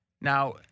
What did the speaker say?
Now